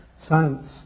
Science